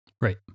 Right